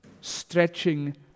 stretching